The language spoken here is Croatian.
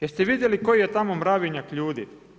Jeste vidjeli koji je tamo mravinjak ljudi?